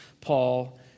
Paul